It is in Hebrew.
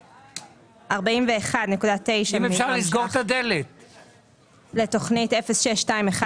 המשרד, 41.9 מיליון לתכנית 06-2101